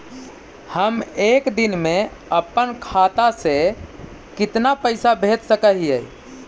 हम एक दिन में अपन खाता से कितना पैसा भेज सक हिय?